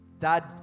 Dad